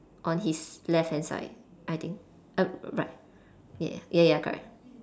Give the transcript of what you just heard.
on his left hand side I think err right ya ya ya ya correct